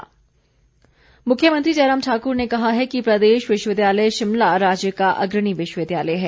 मुख्यमंत्री मुख्यमंत्री जयराम ठाकुर ने कहा है कि प्रदेश विश्वविद्यालय शिमला राज्य का अग्रणी विश्वविद्यालय है